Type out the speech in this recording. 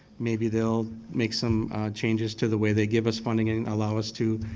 maybe they'll make some changes to the way they give us funding and allow us to